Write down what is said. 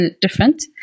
different